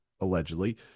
allegedly